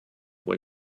what